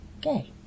gay